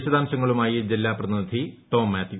വിശദാംശങ്ങളുമായി ജില്ലാ പ്രതിനിധി ടോം മാത്യു